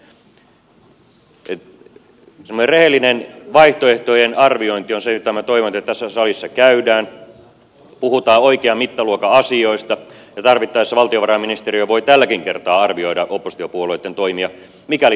semmoinen rehellinen vaihtoehtojen arviointi on se mitä minä toivon että tässä salissa käydään puhutaan oikean mittaluokan asioista ja tarvittaessa valtiovarainministeriö voi tälläkin kertaa arvioida oppositiopuolueitten toimia mikäli niin haluatte